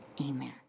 Amen